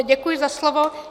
Děkuji za slovo.